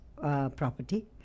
Property